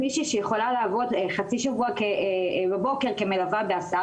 מישהי שיכולה לעבוד חצי שבוע בבוקר כמלווה בהסעה